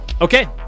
Okay